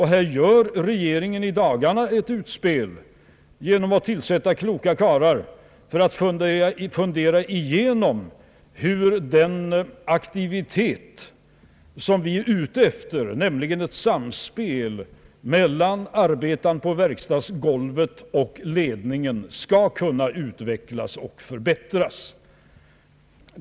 Här gör regeringen i dagarna ett utspel genom att tillsätta kloka karlar för att fundera igenom hur den aktivitet som vi är ute efter, nämligen ett samspel mellan arbetarna på verkstadsgolvet och ledningen, skall kunna utvecklas och förbättras.